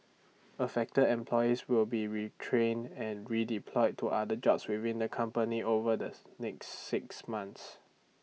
affected employees will be retrained and redeployed to other jobs within the company over this next six months